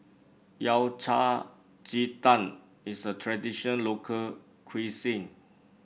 Yao Cai Ji Tang is a traditional local cuisine